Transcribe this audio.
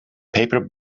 paper